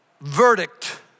verdict